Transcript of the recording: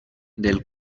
del